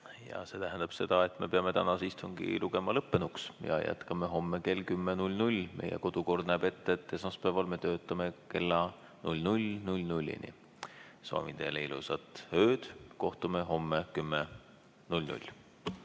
See tähendab seda, et me peame tänase istungi lugema lõppenuks. Jätkame homme kell 10. Meie kodukord näeb ette, et esmaspäeval me töötame kella 00.00‑ni. Soovin teile ilusat ööd! Kohtume homme kell